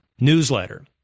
newsletter